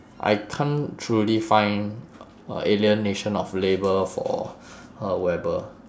I can't truly find alienation of labour for uh weber